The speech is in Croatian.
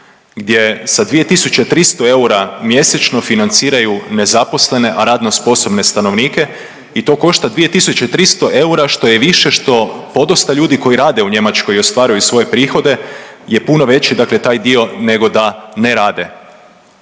gdje sa 2300 eura mjesečno financiraju nezaposlene, a radno sposobne stanovnike i to košta 2300 eura što je više što podosta ljudi koji rade u Njemačkoj i ostvaruju svoje prihode je puno veći, dakle taj dio nego da ne rade